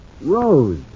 Rose